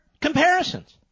comparisons